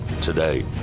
today